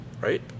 right